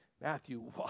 Matthew